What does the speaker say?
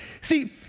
See